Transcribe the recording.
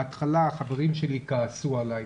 בהתחלה החברים שלי כעסו עלי,